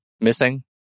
missing